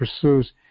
pursues